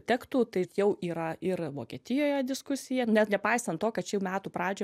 tektų tai jau yra ir vokietijoje diskusija net nepaisant to kad šių metų pradžioj